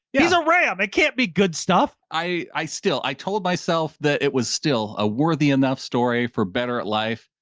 he's a ram. it can't be good stuff. brandan i still, i told myself that it was still a worthy enough story for better at life,